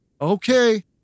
okay